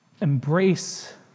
embrace